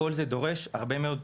כל זה דורש הרבה מאוד